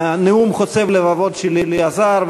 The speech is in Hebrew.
הנאום חוצב הלבבות שלי עזר,